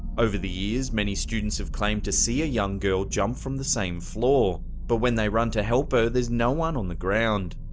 over the years, many students have claimed to see a young girl jump from the same floor, but when they run to help her, there's no one on the ground.